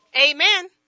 amen